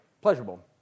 pleasurable